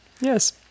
yes